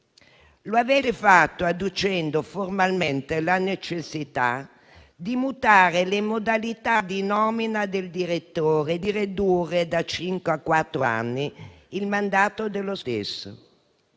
Lo avete fatto adducendo formalmente la necessità di mutare le modalità di nomina del direttore e di ridurre da cinque a quattro anni il suo